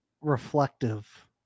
reflective